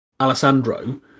Alessandro